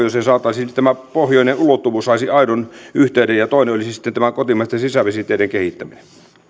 niin että pohjoinen ulottuvuus saisi aidon yhteyden ja toinen olisi sitten tämä kotimaisten sisävesiteiden kehittäminen